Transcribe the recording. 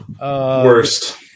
worst